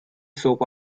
soap